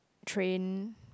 train